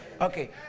Okay